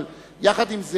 אבל יחד עם זה,